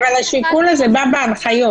אבל, השיקול הזה בא בהנחיות.